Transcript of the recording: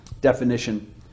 definition